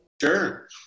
Sure